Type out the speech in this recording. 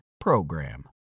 PROGRAM